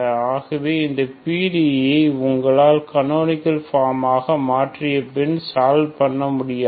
ஆகவே இந்த PDE ஐ உங்களால் கனோனிகள் ஃபார்ம் ஆக மாற்றிய பின்பும் சால்வ் பன்ன முடியாது